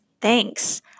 Thanks